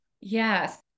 Yes